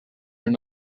and